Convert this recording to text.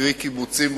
קרי קיבוצים,